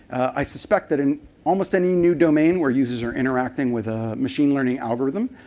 i suspect that in almost any new domain where users are interacting with a machine learning algorithm,